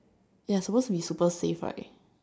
ya suppose is to be super safe right